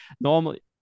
normally